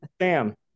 Sam